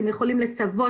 אתם יכולים לצוות,